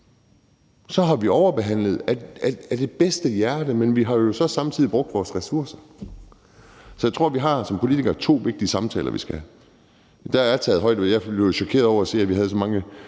Så har vi overbehandlet af det bedste hjerte, men vi har jo så samtidig brugt vores ressourcer. Så jeg tror, vi som politikere har to vigtige samtaler, vi skal tage. Jeg blev jo chokeret over at se, at vi havde så mange